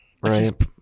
right